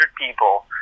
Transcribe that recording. people